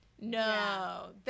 No